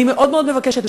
אני מאוד מאוד מבקשת,